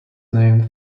named